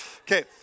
Okay